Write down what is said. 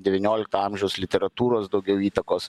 devyniolikto amžiaus literatūros daugiau įtakos